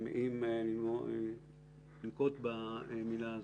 אם ננקוט במילה הזו,